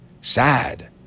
sad